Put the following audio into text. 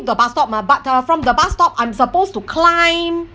the bus stop mah but uh from the bus stop I'm supposed to climb